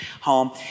home